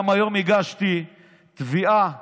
גם היום הגשתי תביעה בשם,